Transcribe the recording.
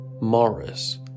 Morris